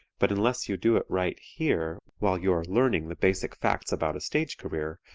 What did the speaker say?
but unless you do it right here, while you are learning the basic facts about a stage career,